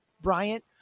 Bryant